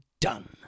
done